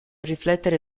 riflettere